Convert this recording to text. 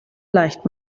leicht